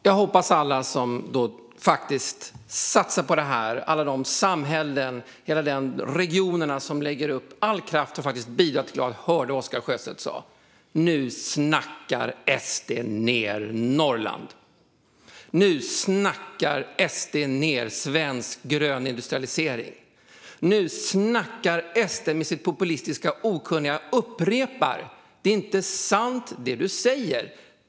Fru talman! Jag hoppas att alla som satsar på det här, de samhällen och regioner som lägger all kraft för att bidra, hörde vad Oscar Sjöstedt sa. Nu snackar SD ned Norrland. Nu snackar SD ned svensk grön industrialisering. Det som SD upprepar i sin populistiska okunnighet är inte sant.